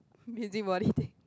busybody thing